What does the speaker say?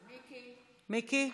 מיקי,